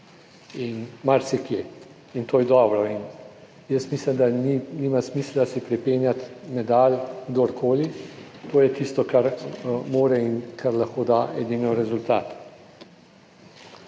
marsikje in to je dobro in jaz mislim, da nima smisla si pripenjati medalj kdorkoli. To je tisto, kar more in kar lahko da edino rezultat.